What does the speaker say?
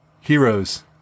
Heroes